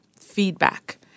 feedback